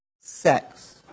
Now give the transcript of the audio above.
sex